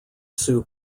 sue